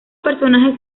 personajes